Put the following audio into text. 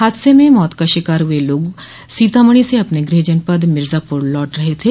हादसे में मौत का शिकार हुए लोग सीतामढ़ी से अपने गृह जनपद मिर्ज़ापुर लौट रहे थे